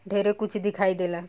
ढेरे कुछ दिखाई देला